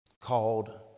called